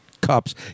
cups